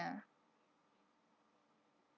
ya